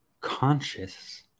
conscious